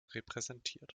repräsentiert